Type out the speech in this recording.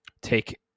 take